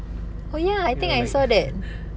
oh ya I think I saw that